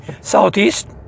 Southeast